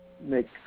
make